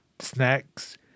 snacks